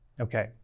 Okay